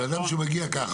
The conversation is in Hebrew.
בן אדם שמגיע ככה,